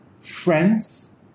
friends